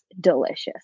delicious